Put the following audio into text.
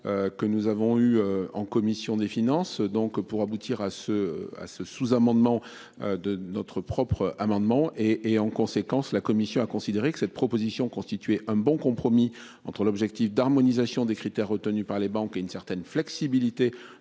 Que nous avons eus en commission des finances, donc pour aboutir à ce à ce sous-amendement de notre propre amendement et et en conséquence la commission a considéré que cette proposition constituait un bon compromis entre l'objectif d'harmonisation des critères retenus par les banques et une certaine flexibilité